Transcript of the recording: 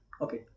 Okay